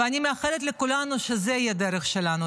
ואני מאחלת לכולנו שזו תהיה הדרך שלנו.